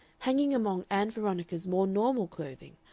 hanging among ann veronica's more normal clothing,